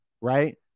right